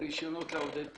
(רישיונות לעובדי טיס)